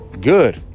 Good